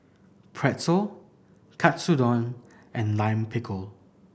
Pretzel Katsudon and Lime Pickle